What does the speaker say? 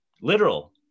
literal